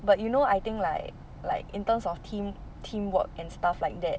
but you know I think like like in terms of team teamwork and stuff like that